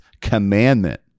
commandment